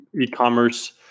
e-commerce